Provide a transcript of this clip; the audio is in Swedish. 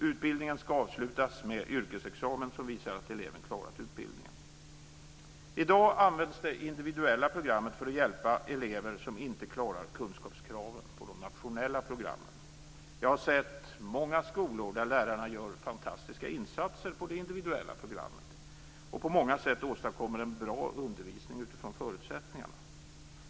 Utbildningen skall avslutas med en yrkesexamen som visar att eleven klarat utbildningen. I dag används det individuella programmet för att hjälpa elever som inte klarar kunskapskraven på de nationella programmen. Jag har sett många skolor där lärarna gör fantastiska insatser på det individuella programmet och på många sätt åstadkommer en bra undervisning utifrån förutsättningarna.